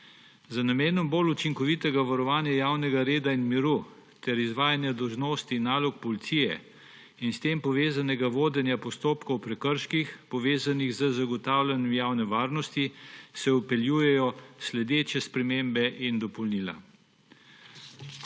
Z namenom bolj učinkovitega varovanja javnega reda in miru ter izvajanja dolžnosti in nalog policije ter s tem povezanega vodenja postopkov o prekrških, povezanih z zagotavljanjem javne varnosti, se vpeljujejo sledeče spremembe in dopolnila.